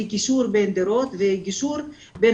היא קישור בין דורות והיא גישור בין